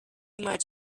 much